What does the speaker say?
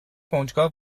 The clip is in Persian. کنجکاو